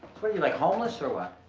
what are you, like homeless or what?